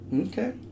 okay